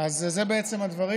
אלה בעצם הדברים.